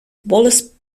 wallace